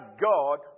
God